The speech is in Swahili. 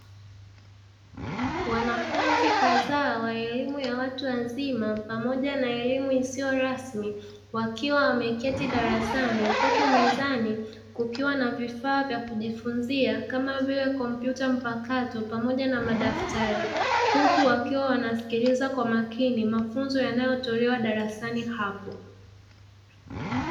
Wanafunzi kadhaa wa elimu ya watu wazima pamoja na elimu isiyo rasmi wakiwa wameketi darasani; huku mezani kukiwa na vifaa vya kujifunzia kama vile kompyuta mpakato, pamoja na madaftari huku wakiwa wanasikiliza kwa makini mafunzo yanayotolewa darasani hapo.